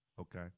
Okay